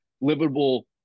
livable